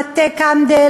מטה קנדל,